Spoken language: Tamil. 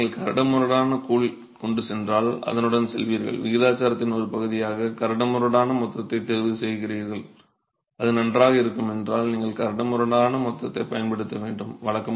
எனவே நீங்கள் கரடுமுரடான கூழ் கொண்டு சென்றால் அதனுடன் செல்வீர்கள் விகிதாச்சாரத்தின் ஒரு பகுதியாக கரடுமுரடான மொத்தத்தை தேர்வு செய்வீர்கள் அது நன்றாக இருக்கும் என்றால் நீங்கள் கரடுமுரடான மொத்தத்தை பயன்படுத்த வேண்டாம்